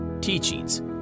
teachings